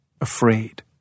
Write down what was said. afraid